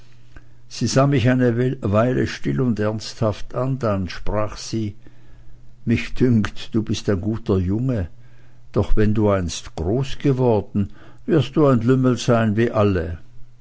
sie sah mich eine weile still und ernsthaft an dann sprach sie mich dünkt du bist ein guter junge doch wenn du einst groß geworden wirst du ein lümmel sein wie alle